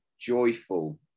joyful